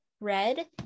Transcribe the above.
red